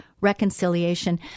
reconciliation